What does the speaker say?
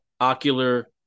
ocular